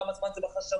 כמה זמן זה בחשבות.